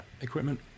equipment